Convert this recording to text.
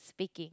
speaking